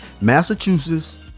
Massachusetts